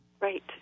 right